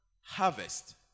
harvest